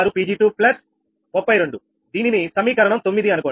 36 𝑃𝑔2 32 దీనిని సమీకరణం 9 అనుకోండి